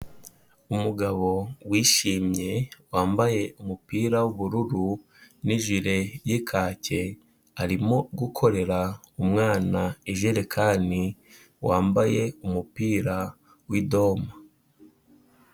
Umugabo wishimye wambaye umupira w'ubururu n'ijire y'ikake, arimo gukorera umwana ijerekani wambaye umupira w'idoma.